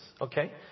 Okay